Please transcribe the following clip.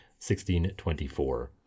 1624